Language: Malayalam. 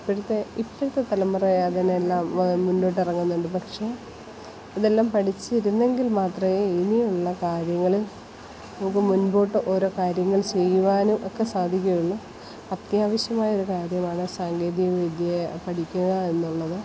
ഇപ്പോഴത്തെ ഇപ്പോഴത്തെ തലമുറ അതിനെല്ലാം മുന്നോട്ടിറങ്ങുന്നുണ്ട് പക്ഷെ ഇതെല്ലാം പഠിച്ചിരുന്നെങ്കിൽ മാത്രമേ ഇനിയുള്ള കാര്യങ്ങളിൽ പോകും മുൻപോട്ട് ഓരോ കാര്യങ്ങൾ ചെയ്യുവാനും ഒക്കെ സാധിക്കുകയുള്ളു അത്യാവശ്യമായൊരു കാര്യമാണ് സാങ്കേതിക വിദ്യ പഠിക്കുക എന്നുള്ളത്